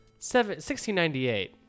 1698